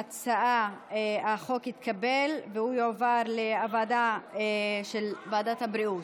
החוק התקבל והוא יעבור לוועדת הבריאות.